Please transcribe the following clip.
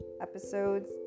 Episodes